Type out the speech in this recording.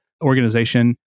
organization